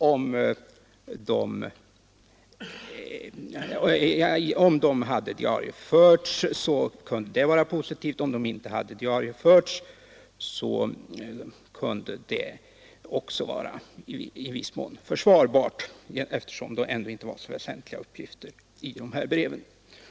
Om breven hade diarieförts kunde det vara positivt, och om de inte hade diarieförts kunde det vara i viss mån försvarbart eftersom det ändå inte fanns några viktiga uppgifter i breven.